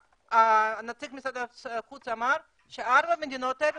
נציג משרד החוץ אמר שארבע המדינות האלה